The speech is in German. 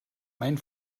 mein